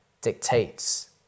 dictates